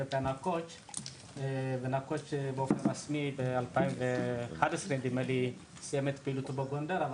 אתיופיה ובאופן רסמי ב-2011 סיים את פעילותו בגונדר,